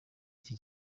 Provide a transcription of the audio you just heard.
iki